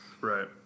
Right